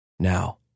now